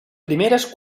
primeres